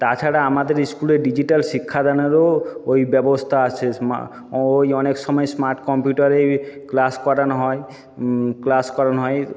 তাছাড়া আমাদের স্কুলে ডিজিটাল শিক্ষাদানেরও ওই ব্যবস্থা আছে ওই অনেক সময় স্মার্ট কম্পিউটারেই ক্লাস করানো হয় ক্লাস করানো হয়